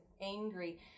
angry